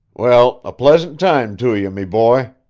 well, a pleasant time to you, me boy.